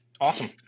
awesome